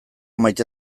maite